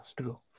true